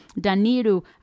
Danilo